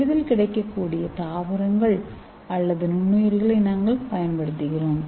எளிதில் கிடைக்கக்கூடிய தாவரங்கள் அல்லது நுண்ணுயிரிகளை நாங்கள் பயன்படுத்துகிறோம்